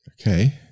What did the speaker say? Okay